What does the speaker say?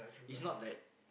is not like